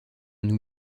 nous